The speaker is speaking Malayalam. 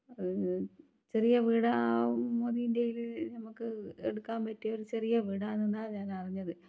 ചെറിയ വീടാണ് മോദീൻ്റെയിൽ നമുക്ക് എടുക്കാൻപറ്റിയ ഒരു ചെറിയ വീടാണെന്നാണ് ഞാനറിഞ്ഞത്